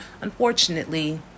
unfortunately